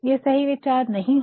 ये सही विचार नहीं है